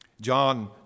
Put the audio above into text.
John